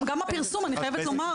גם הפרסום אני חייבת לומר,